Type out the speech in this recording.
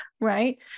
right